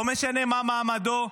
לא משנה מה מעמדו,